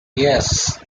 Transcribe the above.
yes